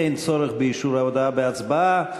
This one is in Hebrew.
אין צורך באישור ההודעה בהצבעה,